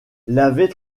l’avait